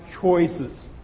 choices